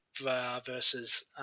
versus